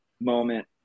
moment